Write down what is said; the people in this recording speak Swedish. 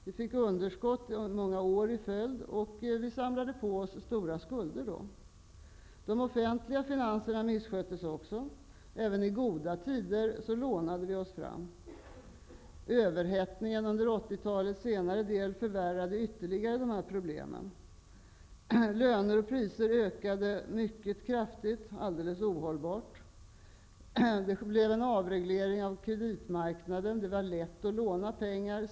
Vi fick underskott under många år i följd, och vi samlade på oss stora skulder. de offentliga finanserna missköttes också. Även i goda tider lånade vi oss fram. Överhettningen under 80-talets senare del förvärrade ytterligare dessa problem. Löner och priser ökade mycket kraftigt, alldeles ohållbart. Kreditmarknaden avreglerades. Det blev lätt att låna pengar.